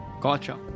Gotcha